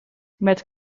met